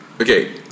Okay